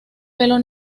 pelo